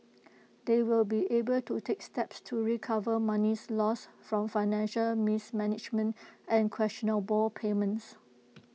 they will be able to take steps to recover monies lost from financial mismanagement and questionable payments